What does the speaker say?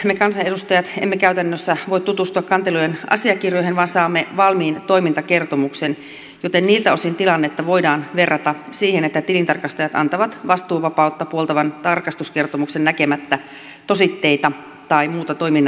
me kansanedustajat emme käytännössä voi tutustua kantelujen asiakirjoihin vaan saamme valmiin toimintakertomuksen joten niiltä osin tilannetta voidaan verrata siihen että tilintarkastajat antavat vastuuvapautta puoltavan tarkastuskertomuksen näkemättä tositteita tai muuta toiminnan asiakirjaa